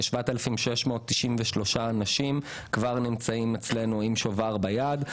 7,693 אנשים כבר נמצאים אצלנו עם שובר ביד.